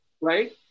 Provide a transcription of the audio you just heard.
Right